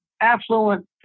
affluent